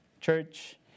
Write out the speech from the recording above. church